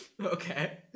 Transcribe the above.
Okay